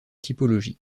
typologie